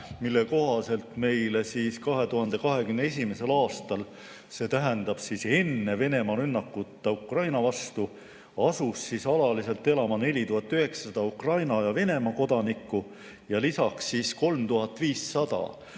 mille kohaselt meile 2021. aastal, see tähendab, et enne Venemaa rünnakut Ukraina vastu, asus alaliselt elama 4900 Ukraina ja Venemaa kodanikku ja lisaks 3500